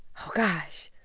oh, gosh.